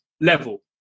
level